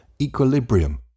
equilibrium